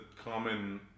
common